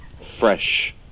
fresh